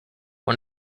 one